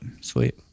sweet